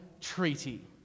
treaty